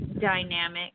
dynamic